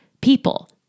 people